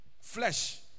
Flesh